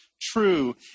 true